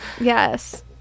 Yes